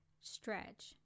stretch